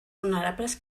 vulnerables